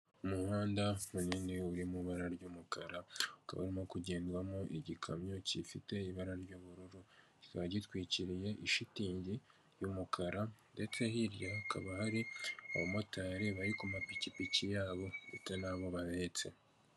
Urujya ni uruza rw'abantu bari kwamamaza umukandida mu matora y'umukuru w'igihugu bakaba barimo abagabo ndetse n'abagore, bakaba biganjemo abantu bambaye imyenda y'ibara ry'icyatsi, bari mu ma tente arimo amabara y'umweru, icyatsi n'umuhondo, bamwe bakaba bafite ibyapa biriho ifoto y'umugabo wambaye kositime byanditseho ngo tora, bakaba bacyikijwe n'ibiti byinshi ku musozi.